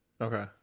okay